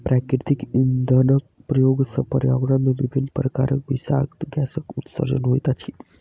प्राकृतिक इंधनक प्रयोग सॅ पर्यावरण मे विभिन्न प्रकारक विषाक्त गैसक उत्सर्जन होइत अछि